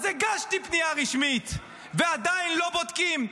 אז הגשתי פנייה רשמית ועדיין לא בודקים.